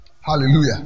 Hallelujah